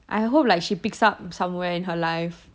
I hope she like picks up somehwere in her life